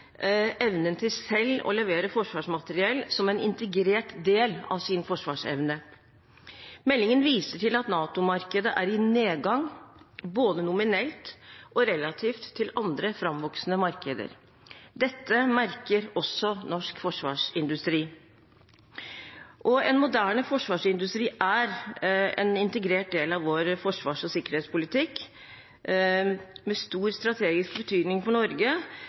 evnen til selv å levere forsvarsmateriell som en integrert del av sin forsvarsevne. Meldingen viser til at NATO-markedet er i nedgang både nominelt og relativt til andre framvoksende markeder. Dette merker også norsk forsvarsindustri. En moderne forsvarsindustri er en integrert del av vår forsvars- og sikkerhetspolitikk med stor strategisk betydning for Norge.